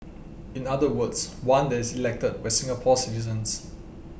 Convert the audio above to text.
in other words one that is elected by Singapore citizens